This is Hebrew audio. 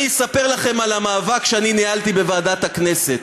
אני אספר לכם על המאבק שאני ניהלתי בוועדת הכנסת: